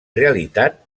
realitat